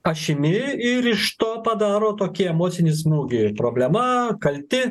ašimi ir iš to padaro tokį emocinį smūgį ir problema kalti